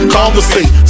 Conversate